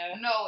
No